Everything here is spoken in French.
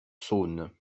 saône